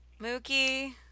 mookie